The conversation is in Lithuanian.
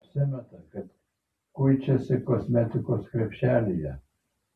morena apsimeta kad kuičiasi kosmetikos krepšyje